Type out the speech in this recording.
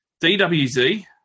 DWZ